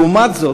לעומת זאת,